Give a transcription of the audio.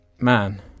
Man